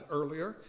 earlier